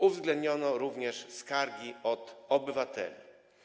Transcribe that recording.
Uwzględniono również skargi od obywateli.